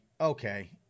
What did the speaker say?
Okay